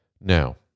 Now